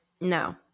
No